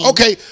Okay